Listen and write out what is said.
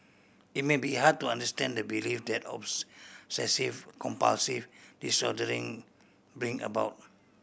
it may be hard to understand the belief that obsessive compulsive disordering bring about